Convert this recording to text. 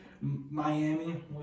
Miami